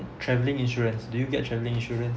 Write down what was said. travelling insurance do you get travel insurance